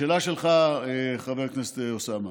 לשאלה שלך, חבר הכנסת אוסאמה.